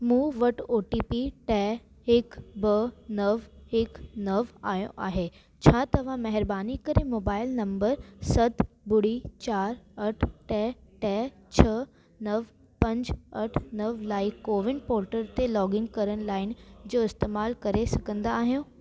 मूं वटि O T P टे हिकु ॿ नव हिकु नव आयो आहे छा तव्हां महिरबानी करे मोबाइल नंबर सत ॿुड़ी चारि अठ टे टे छह नव पंज अठ नव लाइ कोविन पोर्टल ते लॉगइन करण लाइ इन जो इस्तेमाल करे सघंदा आहियो